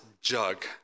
jug